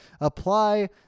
apply